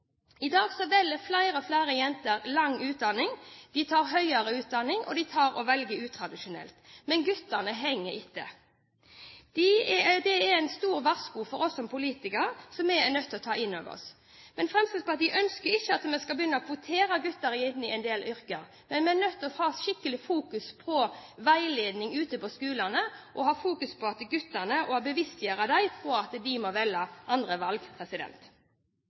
I dag velger flere og flere jenter lang utdanning. De tar høyere utdanning, og de velger utradisjonelt. Men guttene henger etter. Det er en stor varsku for oss som politikere som vi er nødt til å ta inn over oss. Fremskrittspartiet ønsker ikke at vi skal begynne å kvotere gutter inn i en del yrker, men vi er nødt til å ha skikkelig fokus på veiledning ute på skolene og ha fokus på å bevisstgjøre guttene på at de må gjøre andre valg.